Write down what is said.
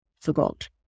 forgot